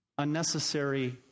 unnecessary